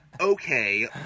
Okay